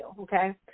okay